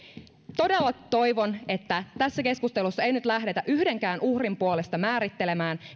todella toivon että tässä keskustelussa ei nyt lähdetä yhdenkään uhrin puolesta määrittelemään